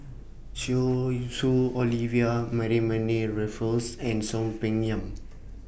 Zhu Su Olivia Mariamne Raffles and Soon Peng Yam